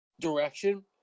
direction